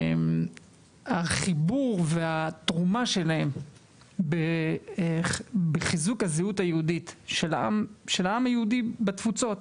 החיבור והתרומה שלהם בחיזוק הזהות היהודית של העם היהודי בתפוצות.